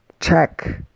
check